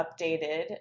updated